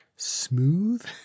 Smooth